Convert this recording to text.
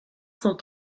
cent